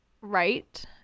Right